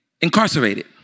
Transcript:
incarcerated